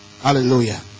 Hallelujah